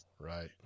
Right